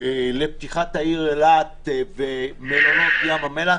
לפתיחת העיר אילת ומלונות ים המלח,